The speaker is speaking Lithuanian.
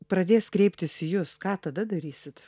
pradės kreiptis į jus ką tada darysit